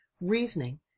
reasoning